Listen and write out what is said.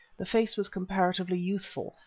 the face was comparatively youthful,